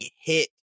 hit